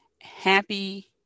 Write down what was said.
happy